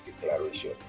declaration